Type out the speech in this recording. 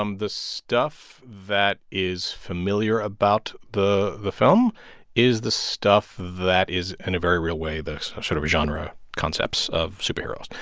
um the stuff that is familiar about the the film is the stuff that is, in a very real way, the sort of genre concepts of superheroes.